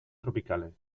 tropicales